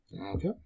Okay